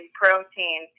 protein